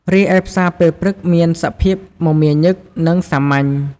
រីឯផ្សារពេលព្រឹកមានសភាពមមាញឹក និងសាមញ្ញ។